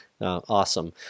Awesome